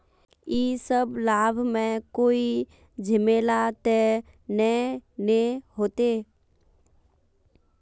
इ सब लाभ में कोई झमेला ते नय ने होते?